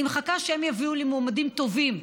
אני מחכה שהם יביאו לי מועמדים טובים.